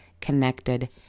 connected